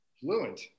Fluent